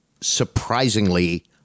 surprisingly